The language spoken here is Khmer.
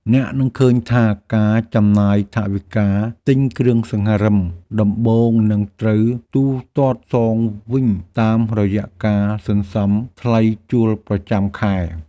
អ្នកនឹងឃើញថាការចំណាយថវិកាទិញគ្រឿងសង្ហារិមដំបូងនឹងត្រូវទូទាត់សងវិញតាមរយៈការសន្សំថ្លៃជួលប្រចាំខែ។